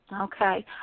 Okay